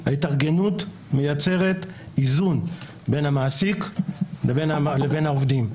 ההתארגנות מייצרת איזון בין המעסיק לבין העובדים.